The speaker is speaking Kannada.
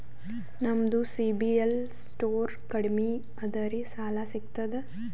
ನಮ್ದು ಸಿಬಿಲ್ ಸ್ಕೋರ್ ಕಡಿಮಿ ಅದರಿ ಸಾಲಾ ಸಿಗ್ತದ?